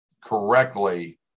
correctly